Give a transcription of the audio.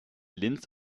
linz